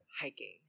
hiking